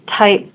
type